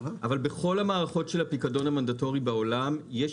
אבל בכל המערכות של הפיקדון המנדטורי בעולם יש